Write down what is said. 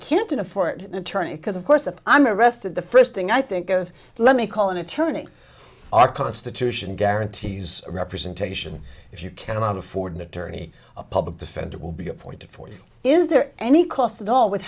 can't afford an attorney because of course if i'm arrested the first thing i think of let me call an attorney our constitution guarantees a representation if you cannot afford an attorney a public defender will be appointed for you is there any cost at all with